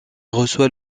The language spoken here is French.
reçoit